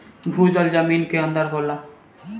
भूजल जमीन के अंदर होला